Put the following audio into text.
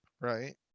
right